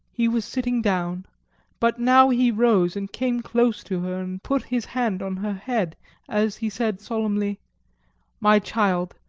he was sitting down but now he rose and came close to her and put his hand on her head as he said solemnly my child,